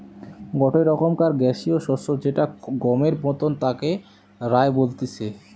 গটে রকমকার গ্যাসীয় শস্য যেটা গমের মতন তাকে রায় বলতিছে